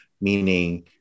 meaning